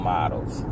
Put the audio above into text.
Models